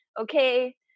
okay